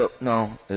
No